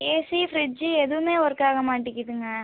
AC fridge எதுவுமே work ஆக மாட்டிக்கிதுங்க